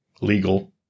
legal